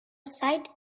sight